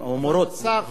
או המורות במיוחד.